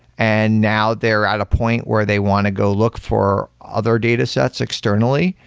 and now they're at a point where they want to go look for other datasets externally.